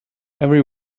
every